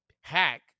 hack